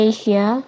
Asia